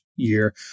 year